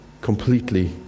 completely